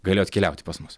galėjo atkeliauti pas mus